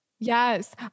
Yes